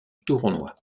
tournoi